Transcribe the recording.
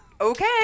Okay